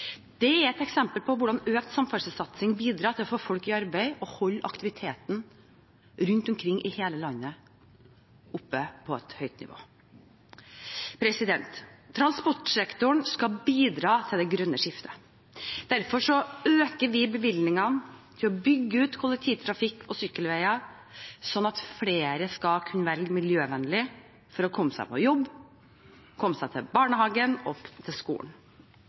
Det er et eksempel på hvordan økt samferdselssatsing bidrar til å få folk i arbeid og holde aktiviteten rundt omkring i hele landet oppe på et høyt nivå. Transportsektoren skal bidra til det grønne skiftet. Derfor øker vi bevilgningene til å bygge ut kollektivtrafikk og sykkelveier, slik at flere skal kunne velge miljøvennlig for å komme seg på jobb, til barnehagen og til skolen.